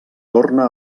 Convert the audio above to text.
torna